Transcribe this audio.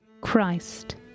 Christ